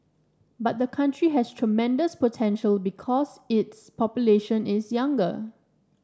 but the country has tremendous potential because its population is younger